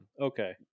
Okay